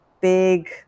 big